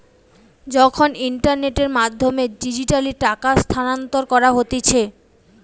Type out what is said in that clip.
যখন ইন্টারনেটের মাধ্যমে ডিজিটালি টাকা স্থানান্তর করা হতিছে